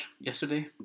yesterday